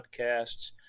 podcasts